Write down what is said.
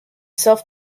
self